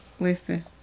Listen